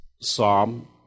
psalm